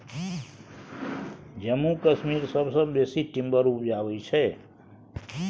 जम्मू कश्मीर सबसँ बेसी टिंबर उपजाबै छै